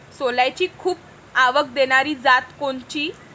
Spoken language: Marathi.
सोल्याची खूप आवक देनारी जात कोनची?